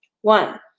One